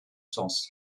sens